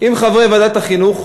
עם חברי ועדת החינוך.